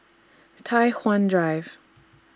Tai Hwan Drive